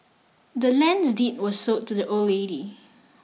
the land's deed was sold to the old lady